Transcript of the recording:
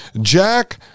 Jack